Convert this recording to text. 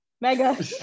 Mega